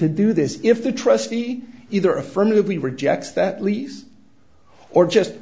to do this if the trustee either affirmatively rejects that lease or just